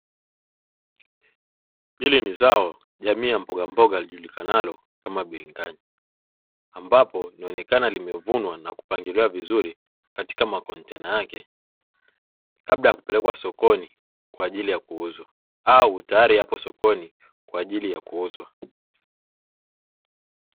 Hili ni zao jamii ya mbogamboga lijulikanalo kama bilinganya ambapo linaonekana limevunwa na kupangiliwa vizuri katika makontena yake kabla ya kupelekwa sokoni kwa ajili ya kuuzwa au tayari yapo sokoni kwa ajili ya kuuzwa.